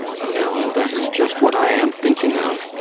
no that is just what i am thinking of.